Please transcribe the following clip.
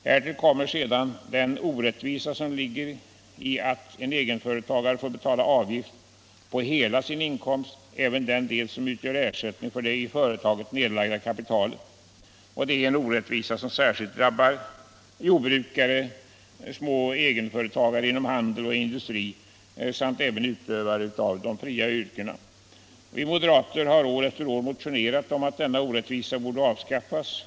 Härtill kommer sedan den orättvisa som ligger i att egenföretagarna får betala avgift på hela sin inkomst, även den del som utgör ersättning för det i företaget nedlagda kapitalet. Det är en orättvisa som särskilt drabbar jordbrukare, små egenföretagare inom handel och industri samt utövare av de fria yrkena. Vi moderater har år efter år motionerat om att denna orättvisa borde avskaffas.